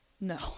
no